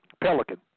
pelican